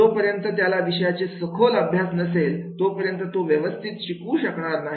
जोपर्यंत त्याला विषयाचे सखोल अभ्यास नसेल तोपर्यंत तो व्यवस्थित शिकवू शकणार नाही